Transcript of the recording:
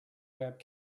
web